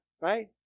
right